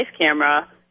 camera